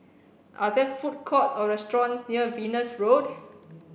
are there food courts or restaurants near Venus Road